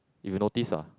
if you notice ah